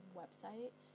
website